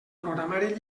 programari